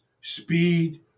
speed